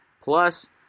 plus